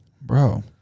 Bro